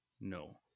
no